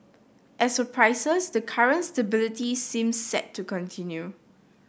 as for prices the current stability seems set to continue